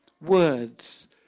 words